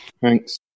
Thanks